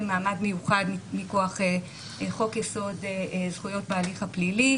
מעמד מיוחד מכוח חוק-יסוד: זכויות בהליך הפלילי,